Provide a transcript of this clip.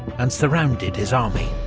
and surrounded his army.